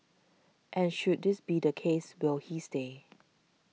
and should this be the case will he stay